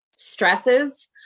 stresses